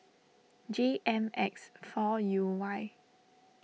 J M X four U Y